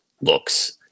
looks